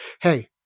Hey